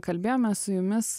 kalbėjomės su jumis